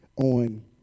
on